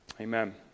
Amen